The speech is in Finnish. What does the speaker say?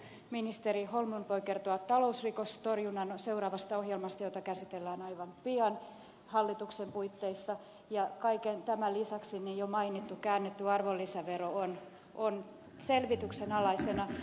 ministeri holmlund voi kertoa talousrikostorjunnan seuraavasta ohjelmasta jota käsitellään aivan pian hallituksen puitteissa ja kaiken tämän lisäksi jo mainittu käännetty arvonlisävero on selvityksen alaisena